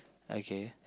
okay